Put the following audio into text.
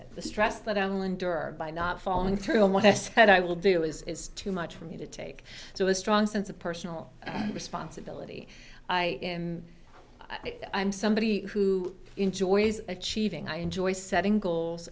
it the stress that islander by not following through on what i said i will do is is too much for me to take so a strong sense of personal responsibility i am somebody who enjoys achieving i enjoy setting goals